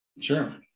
Sure